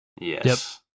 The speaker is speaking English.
Yes